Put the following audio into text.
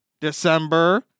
December